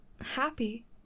happy